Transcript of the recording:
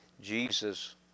Jesus